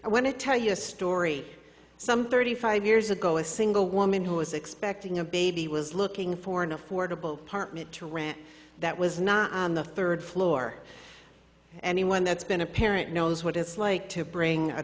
i want to tell you a story some thirty five years ago a single woman who was expecting a baby was looking for an affordable partment to rant that was not on the third floor anyone that's been a parent knows what it's like to bring a